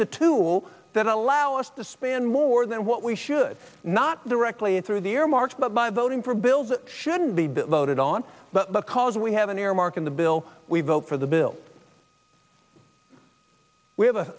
the tool that allow us to spend more than what we should not directly or through the air market but by voting for bills that shouldn't be devoted on but because we have an earmark in the bill we vote for the bill we have